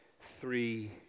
three